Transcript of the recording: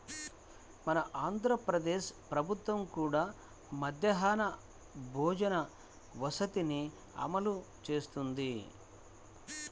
మన ఆంధ్ర ప్రదేశ్ ప్రభుత్వం కూడా మధ్యాహ్న భోజన పథకాన్ని అమలు చేస్తున్నది